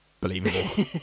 believable